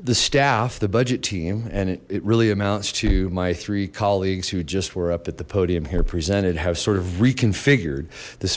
the staff the budget team and it really amounts to my three colleagues who just were up at the podium here presented have sort of reconfigured the